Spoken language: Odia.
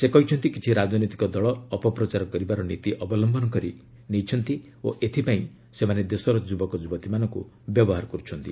ସେ କହିଛନ୍ତି କିଛି ରାଜନୈତିକ ଦଳ ଅପପ୍ରଚାର କରିବାର ନୀତି ଅବଲ୍ୟନ କରି ନେଇଛନ୍ତି ଓ ଏଥପାଇଁ ସେମାନେ ଦେଶର ଯୁବକ ଯୁବତୀମାନଙ୍କୁ ବ୍ୟବହାର କରୁଛନ୍ତି